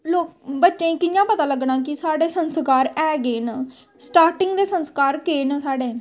बच्चें गी कि'यां पता लग्गना कि साढ़े संस्कार ऐ केह् न स्टार्टिंग दे संस्कार केह् न साढ़े